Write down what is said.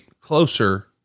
closer